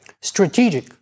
Strategic